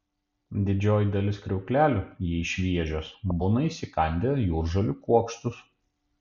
didžioji dalis kriauklelių jei šviežios būna įsikandę jūržolių kuokštus